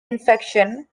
infection